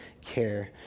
care